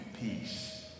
peace